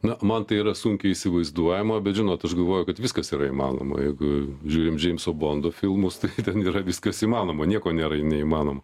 na man tai yra sunkiai įsivaizduojama bet žinot aš galvoju kad viskas yra įmanoma jeigu žiūrim džeimso bondo filmus tai ten yra viskas įmanoma nieko nėra neįmanomo